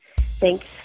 Thanks